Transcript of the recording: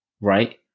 right